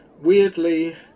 weirdly